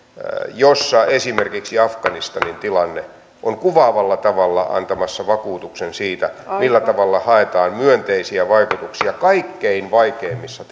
jossa esimerkiksi afganistanin tilanne on kuvaavalla tavalla antamassa vakuutuksen siitä millä tavalla haetaan myönteisiä vaikutuksia kaikkein vaikeimmissa